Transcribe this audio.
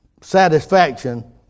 satisfaction